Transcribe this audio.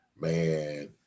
man